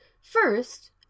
First